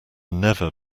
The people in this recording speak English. never